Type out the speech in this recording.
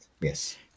yes